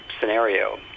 scenario